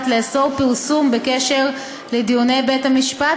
לאסור פרסום בקשר לדיוני בית המשפט,